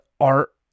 art